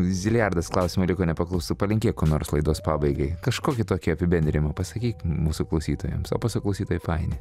zilijardas klausimų liko nepaklaustų palinkėk ko nors laidos pabaigai kažkokį tokį apibendrinimą pasakyk mūsų klausytojams o pasiklausytojai faini